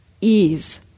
ease